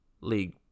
league